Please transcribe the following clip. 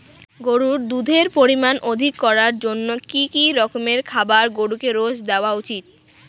গরুর দুধের পরিমান অধিক করার জন্য কি কি রকমের খাবার গরুকে রোজ দেওয়া উচিৎ?